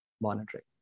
monitoring